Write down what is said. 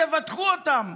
תבטחו אותם,